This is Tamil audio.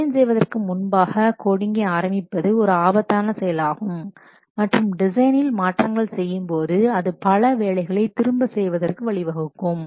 எனவே டிசைன் செய்வதற்கு முன்பாக கோடிங்கை ஆரம்பிப்பது ஒரு ஆபத்தான செயலாகும் மற்றும் டிசைனில் மாற்றங்கள் செய்யும்போது அது பல வேலைகளை திரும்ப செய்வதற்கு வழிவகுக்கும்